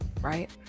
right